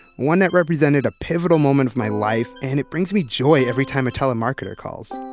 one that represented a pivotal moment of my life and it brings me joy every time a telemarketer calls.